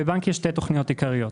לבנק יש שתי תוכניות עיקריות.